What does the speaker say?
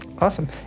Awesome